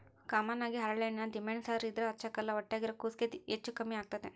common ಆಗಿ ಹರಳೆಣ್ಣೆನ ದಿಮೆಂಳ್ಸೇರ್ ಇದ್ರ ಹಚ್ಚಕ್ಕಲ್ಲ ಹೊಟ್ಯಾಗಿರೋ ಕೂಸ್ಗೆ ಹೆಚ್ಚು ಕಮ್ಮೆಗ್ತತೆ